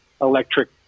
electric